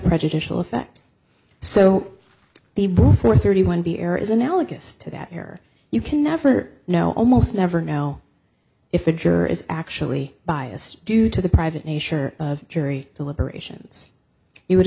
prejudicial effect so the before thirty one b error is analogous to that here you can never know almost never know if a juror is actually biased due to the private nature of jury deliberations you would